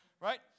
Right